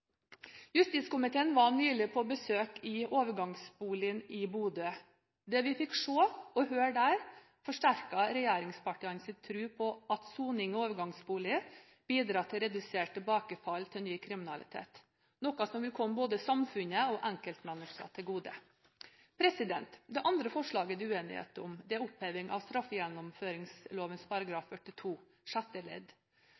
Justiskomiteen var nylig på besøk i overgangsboligen i Bodø. Det vi fikk se og høre der, forsterker regjeringspartienes tro på at soning i overgangsboliger bidrar til redusert tilbakefall til ny kriminalitet, noe som vil komme både samfunnet og enkeltmennesker til gode. Det andre forslaget det er uenighet om, er oppheving av